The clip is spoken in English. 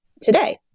today